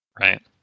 Right